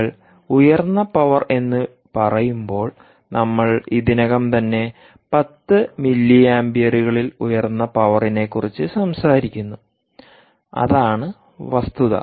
നിങ്ങൾ ഉയർന്ന പവർ എന്ന് പറയുമ്പോൾ നമ്മൾ ഇതിനകം തന്നെ 10 മില്ലീപെയറുംകളിൽ ഉയർന്ന പവറിനെക്കുറിച്ച് സംസാരിക്കുന്നു അതാണ് വസ്തുത